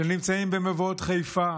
שנמצאים במבואות חיפה,